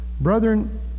Brethren